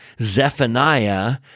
Zephaniah